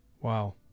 wow